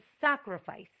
sacrifice